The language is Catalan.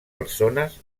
persones